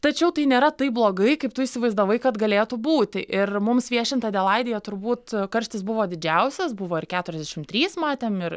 tačiau tai nėra taip blogai kaip tu įsivaizdavai kad galėtų būti ir muem viešint adelaidėje turbūt karštis buvo didžiausias buvo ir keturiasdešimt trys matėm ir